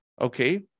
Okay